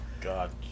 God